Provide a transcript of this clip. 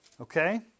Okay